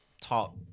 top